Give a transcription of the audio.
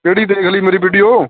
ਕਿਹੜੀ ਦੇਖ ਲਈ ਮੇਰੀ ਵੀਡੀਓ